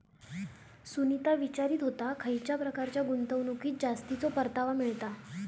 सुनीता विचारीत होता, खयच्या प्रकारच्या गुंतवणुकीत जास्तीचो परतावा मिळता?